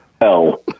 hell